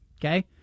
okay